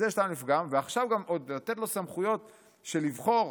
ועכשיו עוד לתת לו סמכויות לבחור